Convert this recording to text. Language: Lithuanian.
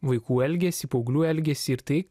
vaikų elgesį paauglių elgesį ir tai